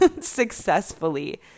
successfully